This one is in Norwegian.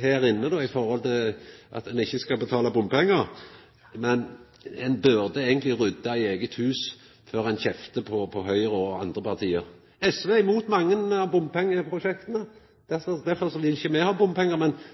her inne i forhold til at ein ikkje skal betala bompengar, men ein burde eigentleg rydda i eige hus før ein kjeftar på Høgre og på andre parti. SV er mot mange av bompengeprosjekta, derfor vil me ikkje ha bompengar. Men